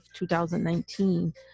2019